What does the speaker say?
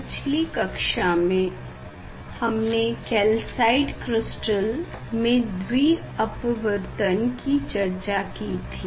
पिछली कक्षा में हमने कैल्साइट क्रिस्टल में द्वि अपवर्तन की चर्चा की थी